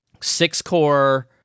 six-core